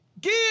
give